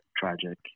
tragic